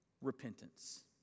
repentance